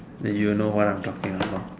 you know what I'm talking about